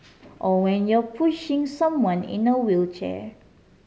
or when you're pushing someone in a wheelchair